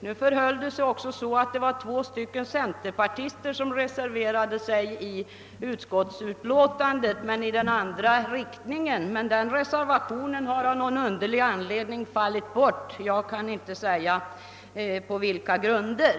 Det förhöll sig också så att två centerpartister reserverade sig i motsatt riktning mot utskottet, men den reservationen har av någon underlig anledning fallit bort — jag kan inte säga på vilka grunder.